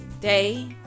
day